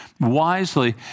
wisely